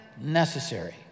necessary